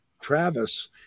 Travis